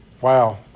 Wow